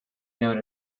known